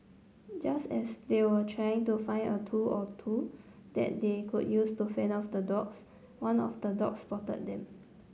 just as they were trying to find a tool or two that they could use to fend off the dogs one of the dogs spotted them